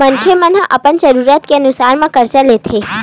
मनखे मन ह अपन जरूरत के अनुसार ले करजा लेथे